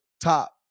top